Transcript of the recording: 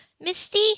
Misty